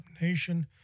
Nation